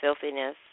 filthiness